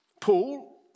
Paul